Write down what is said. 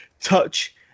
touch